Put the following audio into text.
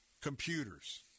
computers